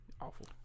Awful